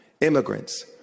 immigrants